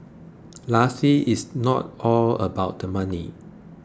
lastly it's not all about the money